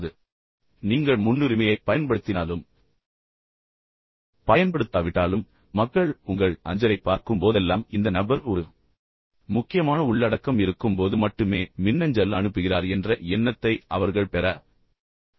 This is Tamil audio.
எனவே நீங்கள் முன்னுரிமையைப் பயன்படுத்தினாலும் பயன்படுத்தாவிட்டாலும் மக்கள் உங்கள் அஞ்சலைப் பார்க்கும் போதெல்லாம் இந்த நபர் ஒரு முக்கியமான உள்ளடக்கம் இருக்கும்போது மட்டுமே மின்னஞ்சல் அனுப்புகிறார் என்ற எண்ணத்தை அவர்கள் பெற வேண்டும் அது தேவைப்படும்போது மட்டுமே அனுப்புகிறார்